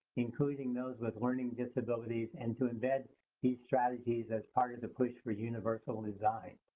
including those with learning disabilities, and to embed these strategies as part of the push for universal design.